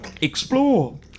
explore